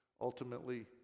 ultimately